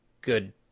good